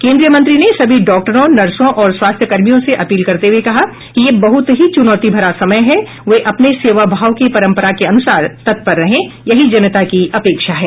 केन्द्रीय मंत्री ने सभी डॉक्टरों नर्सों और स्वास्थ्य कर्मियों से अपील करते हुये कहा कि यह बहुत ही चुनौती भरा समय है वे अपने सेवा भाव की परंपरा के अनुसार तत्पर रहे यही जनता की अपेक्षा है